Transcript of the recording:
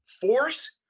Force